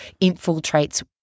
infiltrates